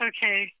Okay